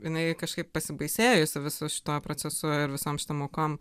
jinai kažkaip pasibaisėjusi visu šituo procesu ir visom šitom aukom